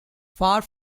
far